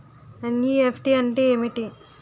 NEFT అంటే ఏమిటి?